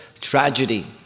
tragedy